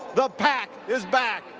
the pack is back.